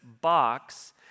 box